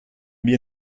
wir